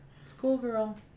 Schoolgirl